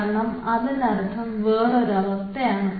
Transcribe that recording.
കാരണം അതിന് അർത്ഥം വേറൊരു അവസ്ഥയാണ്